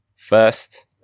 First